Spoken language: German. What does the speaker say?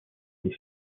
und